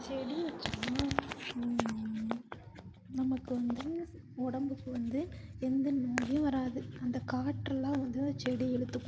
செடி வச்சுருந்தா நமக்கு வந்து உடம்புக்கு வந்து எந்த நோயும் வராது அந்த காற்றெல்லாம் வந்து அந்த செடி இழுத்துக்கும்